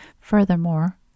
Furthermore